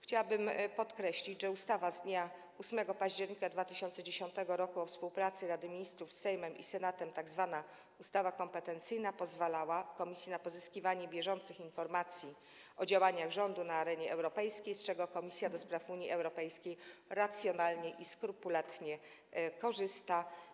Chciałabym podkreślić, że ustawa z dnia 8 października 2010 r. o współpracy Rady Ministrów z Sejmem i Senatem, tzw. ustawa kompetencyjna, pozwala komisji na pozyskiwanie bieżących informacji o działaniach rządu na arenie europejskiej, z czego Komisja do Spraw Unii Europejskiej racjonalnie i skrupulatnie korzysta.